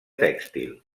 tèxtil